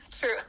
true